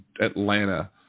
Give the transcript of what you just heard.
Atlanta